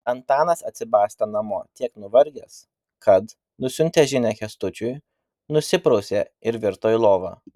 antanas atsibastė namo tiek nuvargęs kad nusiuntęs žinią kęstučiui nusiprausė ir virto į lovą